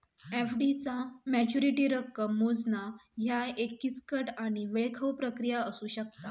FD चा maturity रक्कम मोजणा ह्या एक किचकट आणि वेळखाऊ प्रक्रिया असू शकता